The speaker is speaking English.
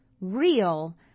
real